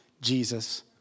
Jesus